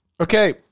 Okay